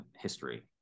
history